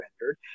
rendered